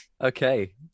okay